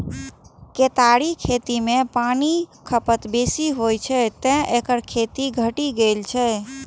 केतारीक खेती मे पानिक खपत बेसी होइ छै, तें एकर खेती घटि गेल छै